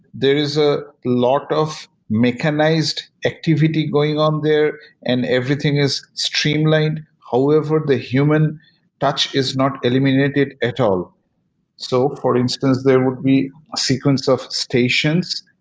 there is a lot of mechanized activity going on there and everything is streamlined. however, the human touch is not eliminated at all so for instance, there would be a sequence of stations.